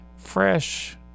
fresh